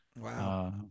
Wow